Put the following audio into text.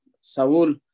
Saul